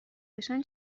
بشن